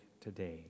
today